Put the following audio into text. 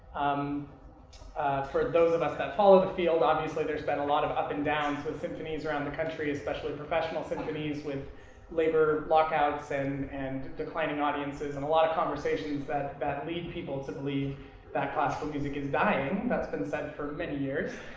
um for those of us that follow the field, obviously there's been a lot of up and downs with symphonies around the country, especially professional symphonies, with labor lock outs and and declining audiences and a lot of conversations that that lead people to believe that classical music is dying. that's been said for many years.